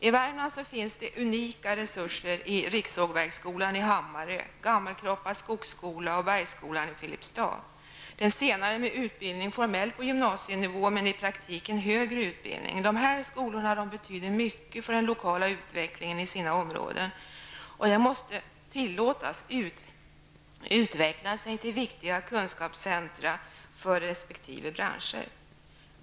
I Värmland finns unika resurser i Skogsskola och Bergsskolan i Filipstad, den senare med utbildning som formellt ligger på gymnasienivå men i praktiken är en högre utbildning. De här skolorna betyder mycket för den lokala utvecklingen i sina områden, och de måste tillåtas utvecklas till viktiga kunskapscentra för resp. branscher.